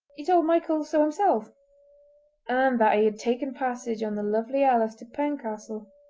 he told michael so himself and that he had taken passage on the lovely alice to pencastle.